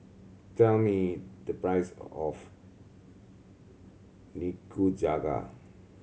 tell me the price of Nikujaga